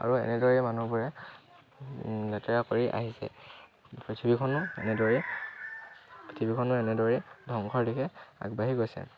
আৰু এনেদৰেই মানুহবোৰে লেতেৰা কৰি আহিছে পৃথিৱীখনো এনেদৰেই পৃথিৱীখনো এনেদৰেই ধ্বংসৰ দিশে আগবাঢ়ি গৈছে